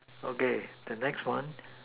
okay the next one